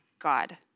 God